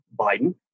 Biden